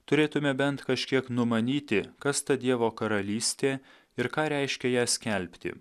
turėtume bent kažkiek numanyti kas ta dievo karalystė ir ką reiškia ją skelbti